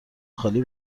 خالی